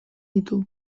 ditu